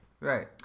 Right